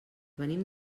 venim